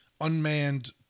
unmanned